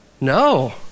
No